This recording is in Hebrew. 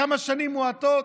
כמה שנים מועטות,